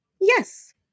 Yes